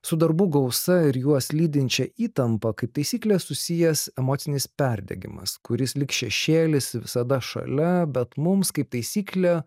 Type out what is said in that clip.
su darbų gausa ir juos lydinčia įtampa kaip taisyklė susijęs emocinis perdegimas kuris lyg šešėlis visada šalia bet mums kaip taisyklė